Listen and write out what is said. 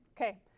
Okay